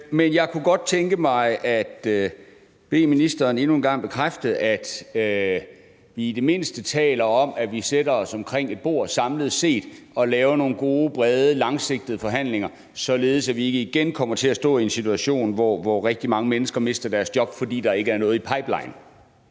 går. Jeg kunne godt tænke mig at bede ministeren endnu en gang bekræfte, at vi i det mindste taler om, at vi samlet sætter os omkring et bord og laver nogle gode, brede, langsigtede forhandlinger, således at vi ikke igen kommer til at stå i en situation, hvor rigtig mange mennesker mister deres job, fordi der ikke er noget i pipelinen.